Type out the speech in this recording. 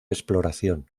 exploración